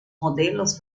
modelos